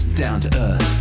down-to-earth